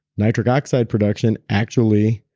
nitric oxide production actually